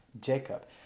Jacob